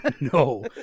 No